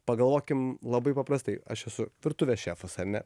pagalvokim labai paprastai aš esu virtuvės šefas ar ne